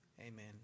Amen